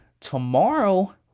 Tomorrow